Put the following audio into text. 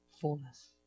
Fullness